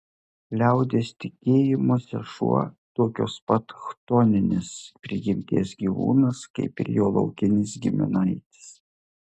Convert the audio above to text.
liaudies tikėjimuose šuo tokios pat chtoninės prigimties gyvūnas kaip ir jo laukinis giminaitis